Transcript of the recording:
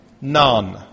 none